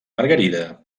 margarida